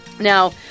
Now